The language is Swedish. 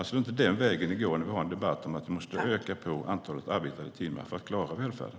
Det är alltså inte vägen att gå när vi har en debatt om att vi måste öka antalet arbetade timmar för att klara välfärden.